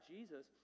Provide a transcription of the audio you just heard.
Jesus